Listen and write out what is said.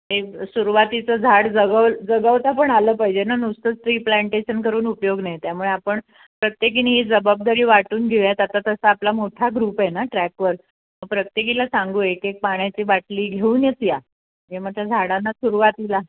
ते सुरुवातीचं झाड जगव जगवता पण आलं पाहिजे ना नुसतच ट्री प्लांटेशन करून उपयोग नाही त्यामुळे आपण प्रत्येकीने ही जबाबदारी वाटून घेऊयात आता तसा आपला मोठा ग्रुप आहे ना ट्रॅकवर मग प्रत्येकीला सांगू एक एक पाण्याची बाटली घेऊनच या नाही मग त्या झाडांना सुरुवातीला